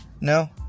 no